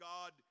God